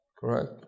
Correct